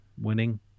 winning